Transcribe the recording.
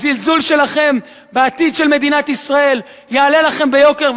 הזלזול שלכם בעתיד של מדינת ישראל יעלה לכם ביוקר,